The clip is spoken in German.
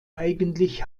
eigentlich